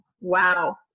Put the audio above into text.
Wow